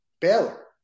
Baylor